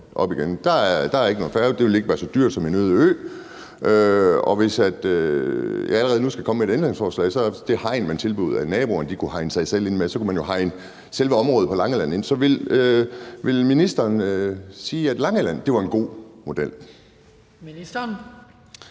Der er ikke nogen færge, og det vil ikke være så dyrt som en øde ø. Og hvis jeg allerede nu skal komme med et ændringsforslag, så kan det hegn, man tilbyder naboerne at kunne hegne sig selv ind med, bruges til at indhegne selve området på Langeland. Så vil ministeren sige, at Langeland er en god model? Kl.